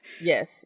Yes